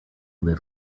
live